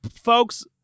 Folks